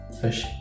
fish